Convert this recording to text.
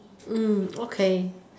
mm okay